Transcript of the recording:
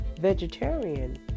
vegetarian